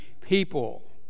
people